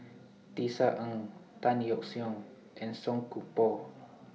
Tisa Ng Tan Yeok Seong and Song Koon Poh